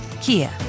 Kia